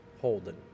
Holden